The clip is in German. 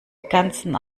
ganzen